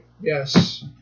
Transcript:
Yes